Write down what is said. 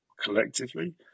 collectively